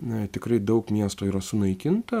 na tikrai daug miestų yra sunaikinta